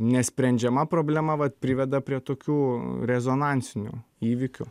nesprendžiama problema vat priveda prie tokių rezonansinių įvykių